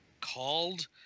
called